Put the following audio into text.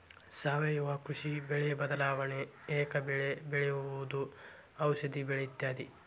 ಸಾವಯುವ ಕೃಷಿ, ಬೆಳೆ ಬದಲಾವಣೆ, ಏಕ ಬೆಳೆ ಬೆಳೆಯುವುದು, ಔಷದಿ ಬೆಳೆ ಇತ್ಯಾದಿ